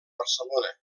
barcelona